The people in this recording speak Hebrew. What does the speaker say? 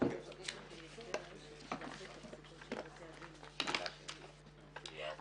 ננעלה בשעה 11:30.